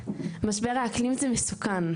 משבר האקלים זה מסוכן.